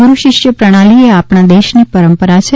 ગુરૂ શિષ્ય પ્રણાલિ એ આપણા દેશની પરંપરા છે